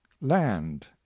land